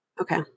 Okay